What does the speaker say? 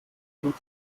sturz